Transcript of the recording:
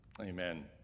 Amen